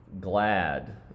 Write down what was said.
Glad